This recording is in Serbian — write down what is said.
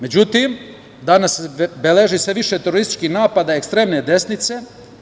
Međutim, danas se beleži više teroristički napad na ekstremne desnice.